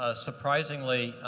ah surprisingly,